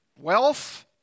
wealth